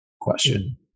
question